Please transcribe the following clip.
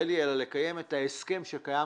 אין לי אלא לקיים את ההסכם שקיים,